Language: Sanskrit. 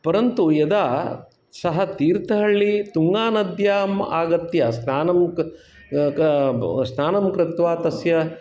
परन्तु यदा सः तीर्थहल्लि तुङ्गानद्यां आगत्य स्नानं कृत् स्नानं कृत्वा तस्य